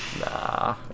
Nah